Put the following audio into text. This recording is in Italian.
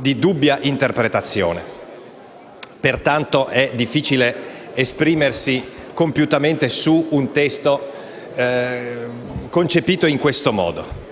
di dubbia interpretazione. È pertanto difficile esprimersi compiutamente su un testo concepito in siffatto modo.